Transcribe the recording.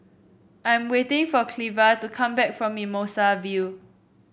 I am waiting for Cleva to come back from Mimosa View